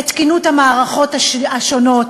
את תקינות המערכות השונות.